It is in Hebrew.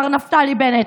מר נפתלי בנט.